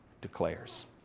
declares